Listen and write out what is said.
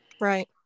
Right